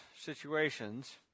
situations